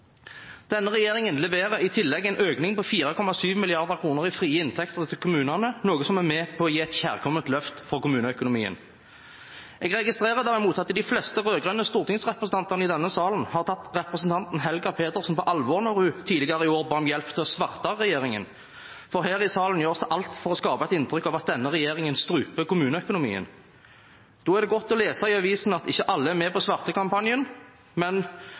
Denne regjeringen leverer i tillegg en økning på 4,7 mrd. kr i frie inntekter til kommunene, noe som er med på å gi et kjærkomment løft for kommuneøkonomien. Jeg registrerer derimot at de fleste rød-grønne stortingsrepresentantene i denne salen har tatt representanten Helga Pedersen på alvor da hun tidligere i år ba om hjelp til å sverte regjeringen. For her i salen gjør de alt for å skape et inntrykk av at denne regjeringen struper kommuneøkonomien. Da er det godt å lese i avisen at ikke alle er med i svertekampanjen, men